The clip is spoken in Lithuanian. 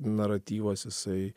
naratyvas jisai